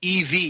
EV